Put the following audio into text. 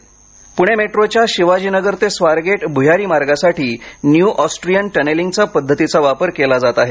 metro Pune मेट्रोच्या शिवाजीनगर ते स्वारगेट भूयारी मार्गासाठी न्यू ऑस्ट्रियन टनेलिंग पद्धतीचा वापर केला जात आहे